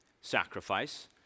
sacrifice